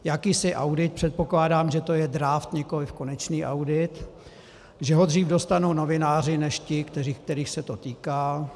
Jakýsi audit, předpokládám, že to je draft, nikoliv konečný audit, že ho dřív dostanou novináři než ti, kterých se to týká.